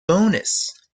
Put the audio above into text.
bonus